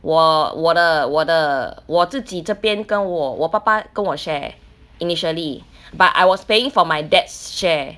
我我的我的我自己这边跟我我爸爸跟我 share initially but I was paying for my dad's share